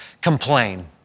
complain